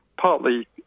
partly